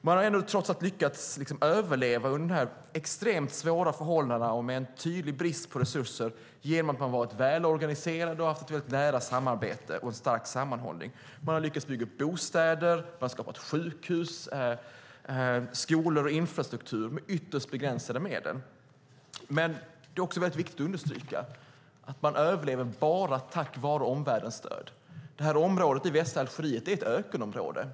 Man har trots allt lyckats överleva under dessa extremt svåra förhållanden med en tydlig brist på resurser genom att man har varit välorganiserade och haft ett nära samarbete och en stark sammanhållning. Man har lyckats bygga bostäder, sjukhus, skolor och infrastruktur med ytterst begränsade medel. Men det är också väldigt viktigt att understryka att man överlever bara tack vare omvärldens stöd. Det här området i västra Algeriet är ett ökenområde.